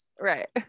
Right